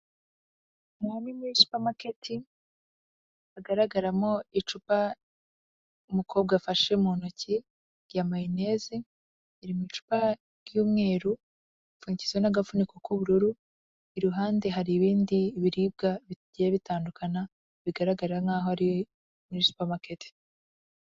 Aha nimuri supamaketi hagaragaramo icupa, umukobwa afashe mu ntoki rya mayoneze, iri imic ry'umweru pfukizo n'agafuniko k'ubururu iruhande hari ibindi biribwa bigiye bitandukana bigaragara nk'aho ari muri supamaketi.